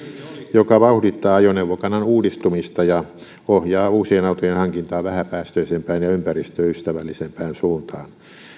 joka vauhdittaa ajoneuvokannan uudistumista ja ohjaa uusien autojen hankintaa vähäpäästöisempään ja ympäristöystävällisempään suuntaan